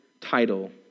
title